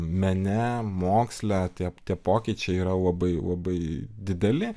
mene moksle tie tie pokyčiai yra labai labai dideli